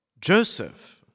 Joseph